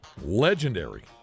Legendary